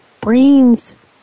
brains